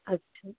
আচ্ছা